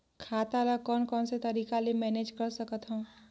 खाता ल कौन कौन से तरीका ले मैनेज कर सकथव?